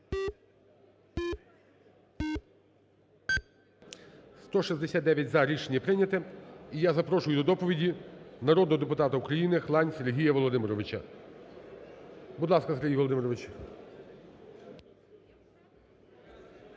За-169 Рішення прийняте. І я запрошую до доповіді народного депутата України Хлань Сергія Володимировича. Будь ласка, Сергій Володимирович.